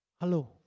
Hello